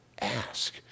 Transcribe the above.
ask